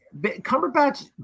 Cumberbatch